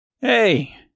Hey